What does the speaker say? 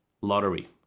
lottery